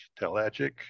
Telagic